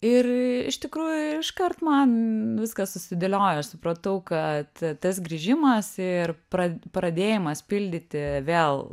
ir iš tikrųjų iškart man viskas susidėliojo aš supratau kad tas grįžimas ir pra pradėjimas pildyti vėl